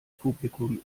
publikum